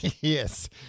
Yes